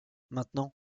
maintenant